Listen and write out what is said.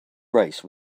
rice